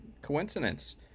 coincidence